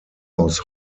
aus